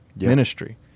ministry